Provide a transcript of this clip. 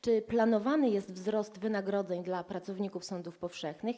Czy planowany jest wzrost wynagrodzeń pracowników sądów powszechnych?